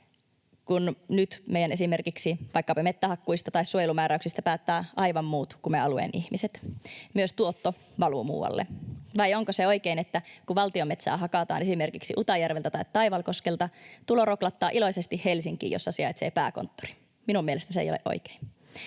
vaikkapa meidän metsähakkuista tai suojelumääräyksistä päättävät aivan muut kuin me alueen ihmiset, myös tuotto valuu muualle. Vai onko se oikein, että kun valtion metsää hakataan esimerkiksi Utajärveltä tai Taivalkoskelta, tulo roklattaa iloisesti Helsinkiin, jossa sijaitsee pääkonttori? Minun mielestäni se ei ole oikein.